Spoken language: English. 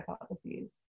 hypotheses